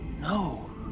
No